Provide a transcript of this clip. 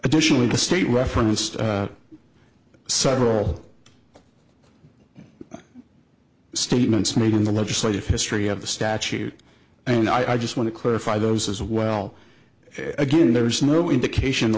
additionally the state referenced several statements made in the legislative history of the statute and i just want to clarify those as well again there is no indication t